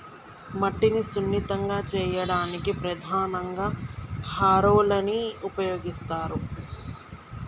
మట్టిని సున్నితంగా చేయడానికి ప్రధానంగా హారోలని ఉపయోగిస్తరు